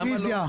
רביזיה.